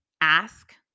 ask